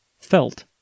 felt